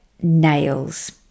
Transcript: Nails